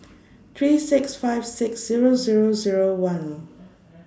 three six five six Zero Zero Zero one